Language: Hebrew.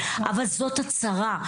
אבל זאת הצרה,